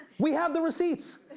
we have the receipts.